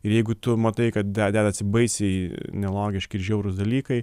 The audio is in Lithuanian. ir jeigu tu matai kad de dedasi baisiai nelogiški ir žiaurūs dalykai